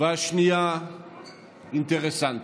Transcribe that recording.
והשנייה אינטרסנטית.